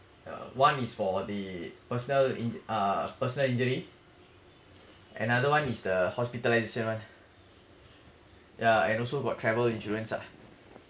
uh one is for the personal in uh personal injury another one is the hospitalisation yeah and also got travel insurance ah